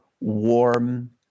warm